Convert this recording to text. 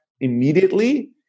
immediately